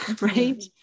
Right